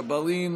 יוסף ג'בארין,